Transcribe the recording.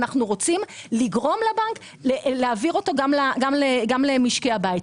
אנחנו רוצים לגרום לבנק להעביר אותה גם למשקי הבית.